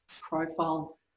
profile